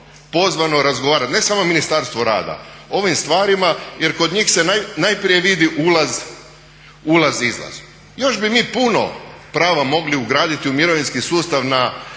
pozvano razgovarati, ne samo Ministarstvo rada, o ovim stvarima, jer kod njih se najprije vidi ulaz, izlaz. Još bi mi puno prava mogli ugraditi u mirovinski sustav po